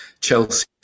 Chelsea